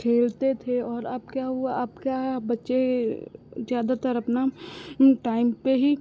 खेलते थे और अब क्या हुआ अब क्या है अब बच्चे ज़्यादातर अपना टाइम पर ही